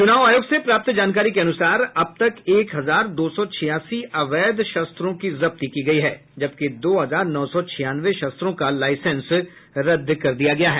चुनाव आयोग से प्राप्त जानकारी के अनुसार अब तक एक हजार दो सौ छियासी अवैध शस्त्रों की जब्ती हुई है जबकि दो हजार नौ सौ छियानवे शस्त्रों का लाईसेंस रद्द किया गया है